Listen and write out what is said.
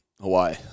Hawaii